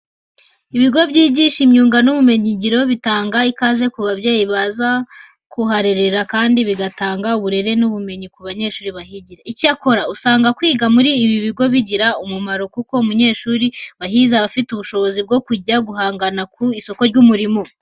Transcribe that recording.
Ibigo byigisha imyuga n'ubumenyingiro bitanga ikaze ku babyeyi baza kuharerera kandi bigatanga uburere n'ubumenyi ku banyeshuri bahigira. Icyakora, usanga kwiga muri ibi bigo bigira umumaro kuko umunyeshuri wahize aba afite ubushobozi bwo kujya guhangana ku isoko ry'umurimo.